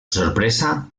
sorpresa